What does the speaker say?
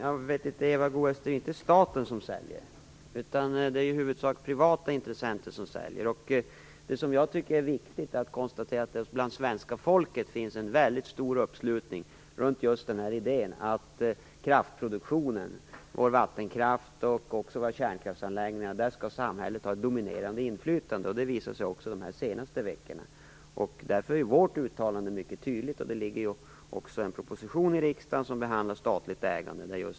Fru talman! Men, Eva Goës, det är inte staten som säljer, utan det är i huvudsak privata intressenter som säljer. Det som jag tycker är viktigt att konstatera är att det bland svenska folket finns en väldigt stor uppslutning just runt idén att samhället skall ha ett dominerande inflytande när det gäller kraftproduktionen, vår vattenkraft och även våra kärnkraftsanläggningar. Det har visat sig också de här senaste veckorna. Därför är vårt uttalande mycket tydligt. Det ligger även en proposition i riksdagen som behandlar statligt ägande.